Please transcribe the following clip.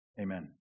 Amen